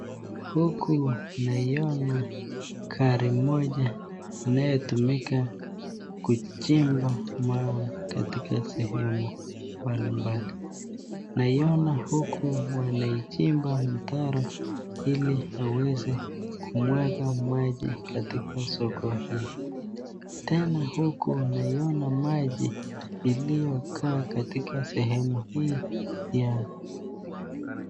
Huku naliona gari moja linalotumika kuchimba mawe katika sehemu mbalimbali. Naiona huku wanaichimba mitaro ili waweze kumwaga maji katika soko hili. Tena huku naiona maji yaliyokaa katika sehemu hii moja.